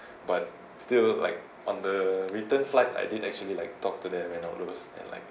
but still like on the return flight I didn't actually like talk to them and all those and like